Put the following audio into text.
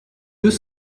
deux